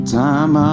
time